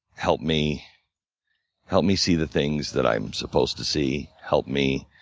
help me help me see the things that i'm supposed to see, help me